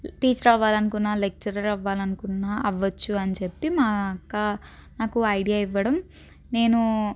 teacher అవ్వాలనుకున్నా lecturer అవ్వాలనుకున్నా అవ్వచ్చు అని చెప్పి మా అక్క నాకు ఐడియా ఇవ్వడం నేనూ